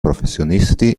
professionisti